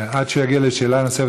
עד שהוא יגיע לשאלה נוספת,